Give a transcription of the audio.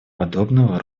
подобного